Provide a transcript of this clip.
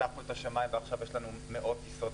אדם עובר את התהליך וניגש לקבל את האזרחות,